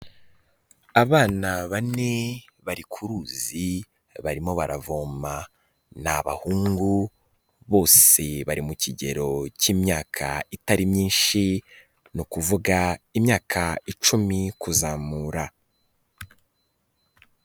Abana bane bari ku ruzi barimo baravoma, ni abahungu bose bari mu kigero k'imyaka itari myinshi ni ukuvuga imyaka icumi kuzamura.